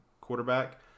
quarterback